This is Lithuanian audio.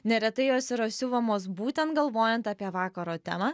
neretai jos yra siuvamos būtent galvojant apie vakaro temą